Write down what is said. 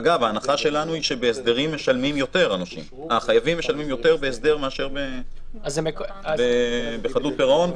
ההנחה שלנו היא שהחייבים בהסדרים משלמים יותר מאשר בחדלות פירעון,